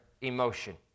emotion